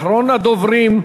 יעלה אחרון הדוברים,